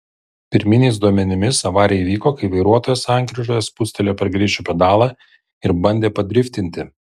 pirminiais duomenimis avarija įvyko kai vairuotojas sankryžoje spustelėjo per greičio pedalą ir bandė padriftinti